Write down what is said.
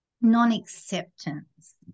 non-acceptance